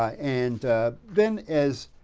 ah and then as